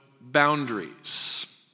boundaries